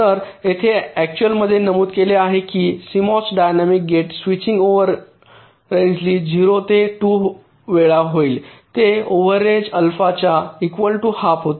तर येथे अक्टचुअल मध्ये नमूद केले आहे की सीएमओएससाठी डायनॅमिक गेट स्विचिंग एव्हरेजली 0 ते 2 वेळा होईल ते एव्हरेज अल्फा च्या इकवॅल टू हाल्फ होते